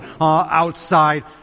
outside